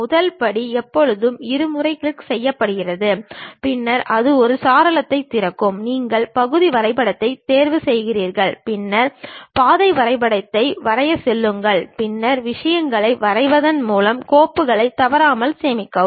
முதல் படி எப்போதும் இருமுறை கிளிக் செய்யப்படுகிறது பின்னர் அது ஒரு சாளரத்தைத் திறக்கும் நீங்கள் பகுதி வரைபடத்தைத் தேர்வுசெய்கிறீர்கள் பின்னர் பாதை வரைபடத்தை வரையச் செல்லுங்கள் பின்னர் விஷயங்களை வரைவதன் மூலம் கோப்பை தவறாமல் சேமிக்கவும்